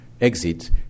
exit